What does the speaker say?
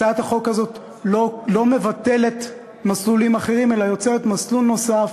הצעת החוק הזאת לא מבטלת מסלולים אחרים אלא יוצרת מסלול נוסף.